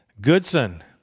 Goodson